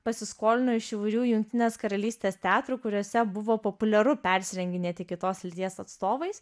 pasiskolino iš įvairių jungtinės karalystės teatrų kuriuose buvo populiaru persirenginėti kitos lyties atstovais